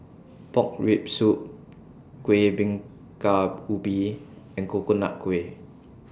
Pork Rib Soup Kueh Bingka Ubi and Coconut Kuih